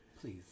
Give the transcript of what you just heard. please